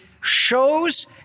shows